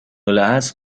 الاصل